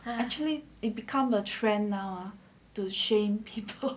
actually it become a trend now to shame people